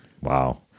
Wow